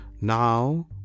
Now